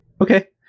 Okay